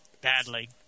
Badly